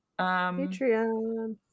Patreon